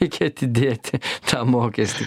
reikia atidėti tą mokestį